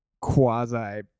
quasi